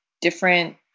different